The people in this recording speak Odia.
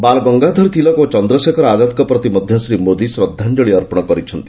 ବାଲ ଗଙ୍ଗାଧର ତିଳକ ଓ ଚନ୍ଦ୍ରଶେଖର ଆଜାଦଙ୍କ ପ୍ରତି ମଧ୍ୟ ଶ୍ରୀ ମୋଦି ଶ୍ରଦ୍ଧାଞ୍ଚଳି ଅର୍ପଣ କରିଛନ୍ତି